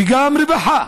וגם רווחה,